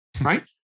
Right